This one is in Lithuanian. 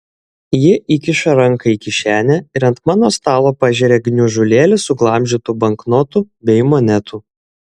ji įkiša ranką į kišenę ir ant mano stalo pažeria gniužulėlį suglamžytų banknotų bei monetų